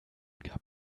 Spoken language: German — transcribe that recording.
gab